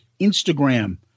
Instagram